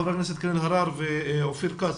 חברת הכנסת קארין אלהרר וחבר הכנסת אופי כץ,